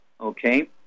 Okay